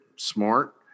smart